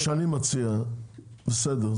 בסדר,